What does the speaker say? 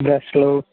బ్రష్లు